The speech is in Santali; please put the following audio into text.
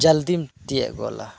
ᱡᱟᱹᱞᱫᱤᱢ ᱛᱤᱭᱳᱜ ᱜᱚᱞᱟ